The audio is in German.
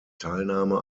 teilnahme